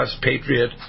patriot